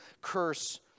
curse